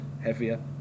heavier